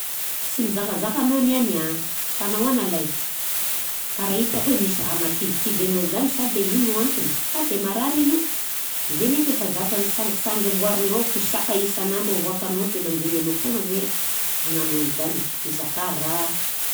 Sy nizakazaka anao nieny an, fa nahoana lahy? Karaha hitako hoe misy raha mahakivikivy anao zany sa de ino antony? Sa de marary anao? Zay ne f'efa zatra misangisangy amboarinao kosiaka isanandro, avoakanao de mandigny anao foana zahay an hagnano anjany. Mizakà raha!